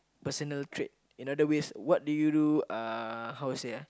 personal trait in other ways what do you do uh how to say ah